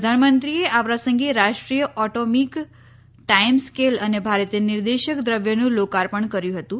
પ્રધાનમંત્રીએ આ પ્રસંગે રાષ્ટ્રીય ઓટોમીક ટાઈમ સ્કેલ અને ભારતીય નિર્દેશક દ્રવ્યનું લોકાર્પણ કર્યું હતું